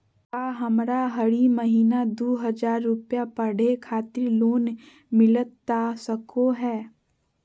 का हमरा हरी महीना दू हज़ार रुपया पढ़े खातिर लोन मिलता सको है?